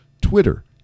twitter